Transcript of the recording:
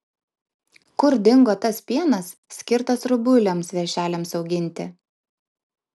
kur dingo tas pienas skirtas rubuiliams veršeliams auginti